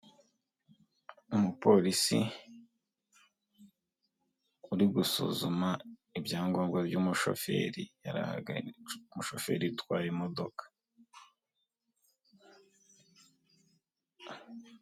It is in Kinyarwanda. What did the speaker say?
Umupolisi uri gusuzuma ibyangombwa by'umushoferi yarahagaritse umushoferi utwaye imodoka.